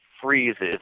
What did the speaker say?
freezes